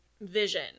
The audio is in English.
vision